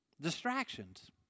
Distractions